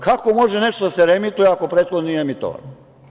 Kako može nešto da se reemituje ako prethodno nije emitovano?